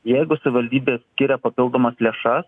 jeigu savivaldybė skiria papildomas lėšas